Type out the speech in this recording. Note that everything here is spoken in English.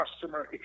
customer